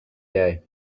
day